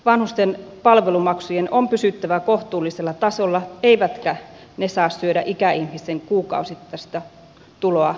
vanhusten palvelumaksujen on pysyttävä kohtuullisella tasolla eivätkä ne saa syödä ikäihmisen kuukausittaista tuloa kokonaan